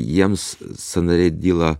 jiems sąnariai dyla